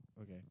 Okay